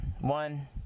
one